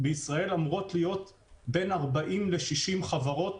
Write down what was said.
בישראל אמורות להיות בין 40 ל-60 חברות